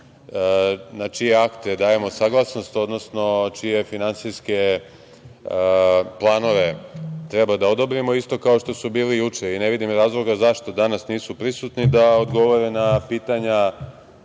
na čije akte dajemo saglasnost, odnosno čije finansijske planove treba da odobrimo, isto kao što su bili juče i ne vidim razlog zašto danas nisu prisutni da odgovore na pitanja